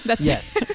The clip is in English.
yes